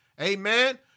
Amen